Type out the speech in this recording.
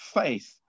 faith